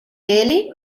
ele